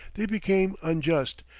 they became unjust,